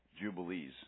jubilees